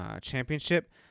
championship